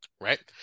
right